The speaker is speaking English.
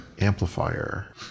Amplifier